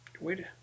Wait